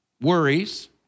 worries